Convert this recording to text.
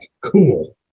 cool